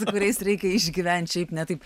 su kuriais reikia išgyvent šiaip ne taip